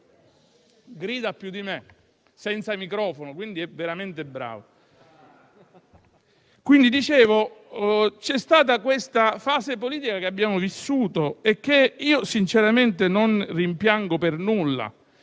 Grida più di me senza microfono. Quindi, è veramente bravo. C'è stata quella fase politica che abbiamo vissuto e che io sinceramente non rimpiango per nulla.